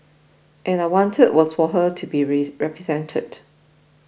and I wanted was for her to be represented